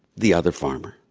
the other farmer.